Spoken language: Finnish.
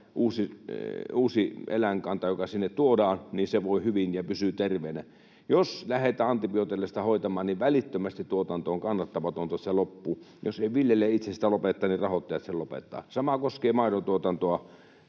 uusi eläinkanta, joka sinne tuodaan, voi hyvin ja pysyy terveenä. Jos lähdetään antibiooteilla sitä hoitamaan, niin välittömästi tuotanto on kannattamatonta ja se loppuu. Jos ei viljelijä itse sitä lopeta, niin rahoittajat sen lopettavat. Sama koskee maidontuotantoa: